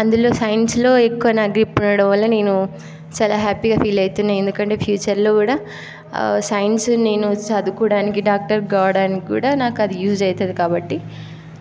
అందులో సైన్స్లో ఎక్కువ నాకు గ్రిప్ ఉండటం వల్ల నేను చాలా హ్యాపీగా ఫీల్ అవుతున్నా ఎందుకంటే ఫ్యూచర్లో కూడా ఆ సైన్స్ నేను చదువుకోవడానికి డాక్టర్ కావడానికి కూడా నాకు అది యూజ్ అవుతుంది కాబట్టి